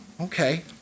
Okay